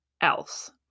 else